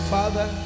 Father